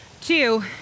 two